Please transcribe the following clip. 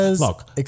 Look